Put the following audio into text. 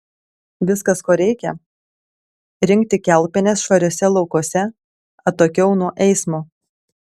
viskas ko reikia rinkti kiaulpienes švariuose laukuose atokiau nuo eismo